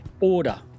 order